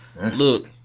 Look